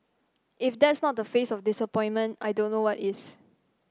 if that's not the face of disappointment I don't know what is